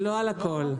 8. עד לכברי.